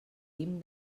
guim